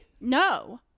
no